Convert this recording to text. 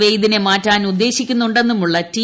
വെയ്ദിനെ മാറ്റാൻ ഉദ്ദേശിക്കുന്നുണ്ടെന്നുമുള്ള ടി